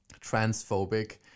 transphobic